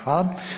Hvala.